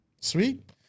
sweet